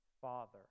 father